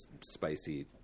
spicy